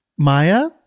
Maya